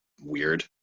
weird